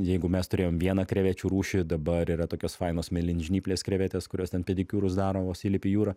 jeigu mes turėjom vieną krevečių rūšį dabar yra tokios fainos mėlinžnyplės krevetės kurios ten pedikiūrus daro vos įlipi į jūrą